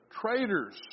traitors